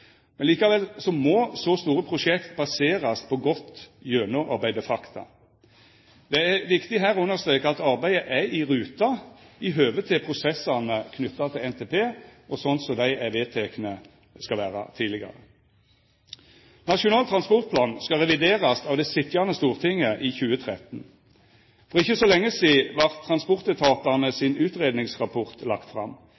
men så store prosjekt må baserast på godt gjennomarbeidde fakta. Det er viktig her å understreka at arbeidet er i rute i høve til prosessane knytte til NTP, slik som dei tidlegare har vorte vedtekne. Nasjonal transportplan skal reviderast av det sitjande stortinget i 2013. For ikkje så lenge sidan vart transportetatane